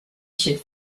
should